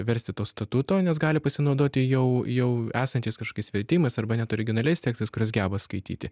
versti to statuto nes gali pasinaudoti jau jau esančiais kažkokiais vertimais arba net originaliais tekstais kuriuos geba skaityti